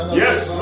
yes